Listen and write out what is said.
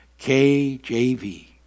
KJV